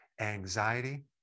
anxiety